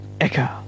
Echo